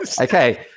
okay